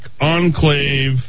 Enclave